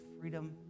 freedom